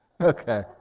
Okay